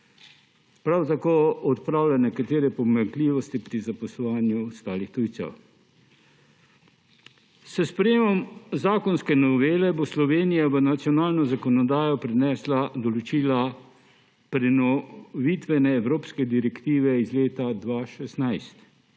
Prav tako odpravlja nekatere pomanjkljivosti pri zaposlovanju ostalih tujcev. S sprejetjem zakonske novele bo Slovenija v nacionalno zakonodajo prenesla določila prenovitvene evropske direktive iz leta 2016